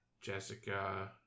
Jessica